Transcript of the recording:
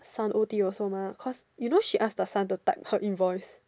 son O_T also mah cause you know she ask the son to type her invoice